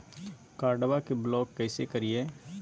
कार्डबा के ब्लॉक कैसे करिए?